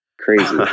crazy